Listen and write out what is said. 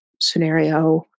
scenario